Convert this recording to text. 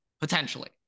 Potentially